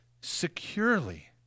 Securely